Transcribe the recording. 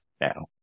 now